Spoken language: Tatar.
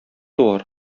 туар